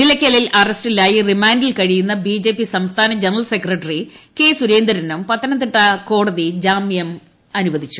നിലയ്ക്കലിൽ അറസ്റ്റീലായി റിമാന്റിൽ കഴിയുന്ന ബി ജെ പി സംസ്ഥാന ജനറൽ സെക്രട്ടറി കെ സുരേന്ദ്രനും പത്തനംതിട്ട കോടതി ജാമ്യം അനുവദിച്ചു